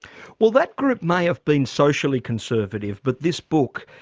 well that group may have been socially conservative but this book,